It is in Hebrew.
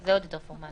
זה עוד יותר פורמלי.